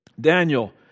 Daniel